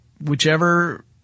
whichever